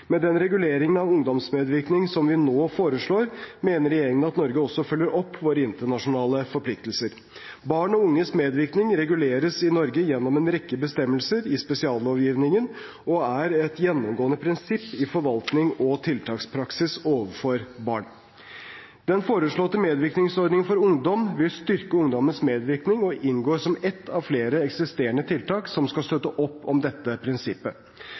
Med den reguleringen av ungdomsmedvirkning som vi nå foreslår, mener regjeringen at Norge også følger opp våre internasjonale forpliktelser. Barn og unges medvirkning reguleres i Norge gjennom en rekke bestemmelser i spesiallovgivningen og er et gjennomgående prinsipp i forvaltnings- og tiltakspraksis overfor barn. Den foreslåtte medvirkningsordningen for ungdom vil styrke ungdommens medvirkning, og den inngår som ett av flere eksisterende tiltak som skal støtte opp om dette prinsippet.